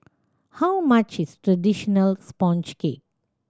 how much is traditional sponge cake